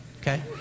okay